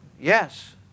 yes